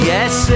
Yes